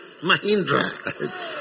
Mahindra